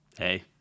hey